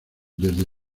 desde